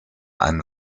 einen